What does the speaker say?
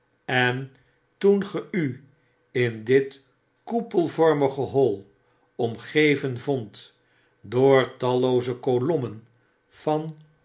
en toen ge u in dit koepelvormige hoi omgeven vondt door tallooze kolommen van